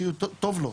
כי טוב לו.